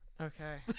Okay